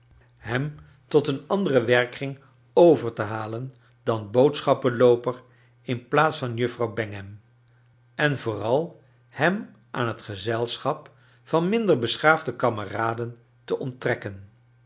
item tot een anderen wcrkkring over i te halen dan boodschaplooper in plaats van juffrouw bangham en vooral hem aan het gezelscbap van minder beschaafde kamcraden te onttrekken